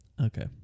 Okay